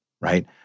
right